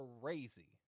crazy